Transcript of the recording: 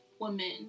woman